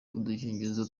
udukingirizo